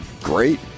Great